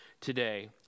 today